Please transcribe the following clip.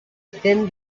thin